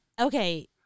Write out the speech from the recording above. okay